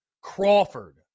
Crawford